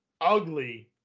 ugly